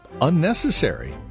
unnecessary